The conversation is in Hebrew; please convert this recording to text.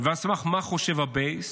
ועל סמך מה חושב הבייס.